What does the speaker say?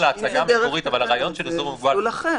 אם זה דרך תקנות אז זה מסלול אחר.